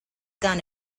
gun